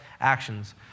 actions